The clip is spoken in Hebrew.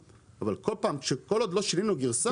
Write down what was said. אבל היא לא יכולה לייעץ לשר התחבורה בעניינים שאין לו סמכות בהם.